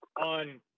on